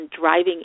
driving